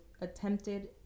attempted